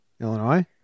Illinois